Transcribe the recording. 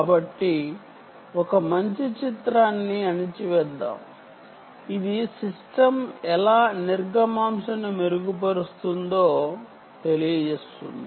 కాబట్టి ఒక మంచి చిత్రాన్ని గీద్దాము ఇది సిస్టమ్ త్తృపుట్ ని ఎలా మెరుగుపరుస్తుందో తెలియజేస్తుంది